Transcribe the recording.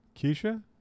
Keisha